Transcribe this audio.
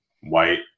White